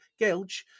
Gelch